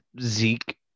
Zeke